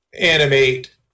animate